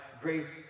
grace